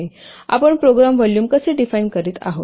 आपण program volume कसे define करीत आहोत